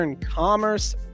commerce